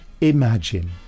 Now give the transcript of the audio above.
imagine